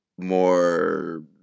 more